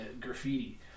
graffiti